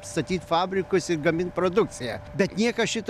statyt fabrikus ir gamint produkciją bet niekas šito